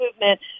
movement